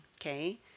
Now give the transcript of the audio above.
Okay